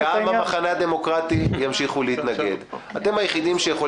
גם המחנה הדמוקרטי ימשיכו להתנגד.